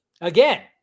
Again